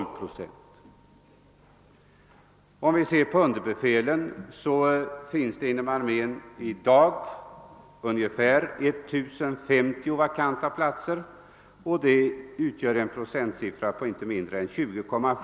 Vad gäller underbefäl finns det inom armén 1065 vakanta platser, vilket motsvarar 20,7 procent.